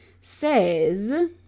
says